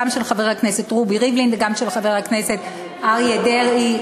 גם של חבר הכנסת רובי ריבלין וגם של חבר הכנסת אריה דרעי,